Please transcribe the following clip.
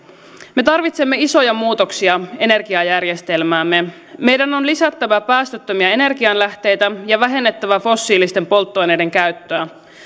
me tarvitsemme isoja muutoksia energiajärjestelmäämme meidän on lisättävä päästöttömiä energianlähteitä ja vähennettävä fossiilisten polttoaineiden käyttöä